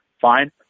Fine